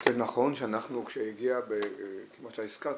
זה נכון שאנחנו כשהגיע באותה עסקה,